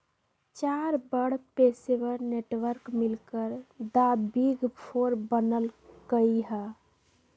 चार बड़ पेशेवर नेटवर्क मिलकर द बिग फोर बनल कई ह